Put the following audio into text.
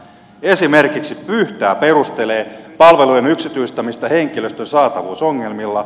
esimerkiksi pyhtää perustelee palvelujen yksityistämistä henkilöstön saatavuusongelmilla